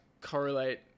correlate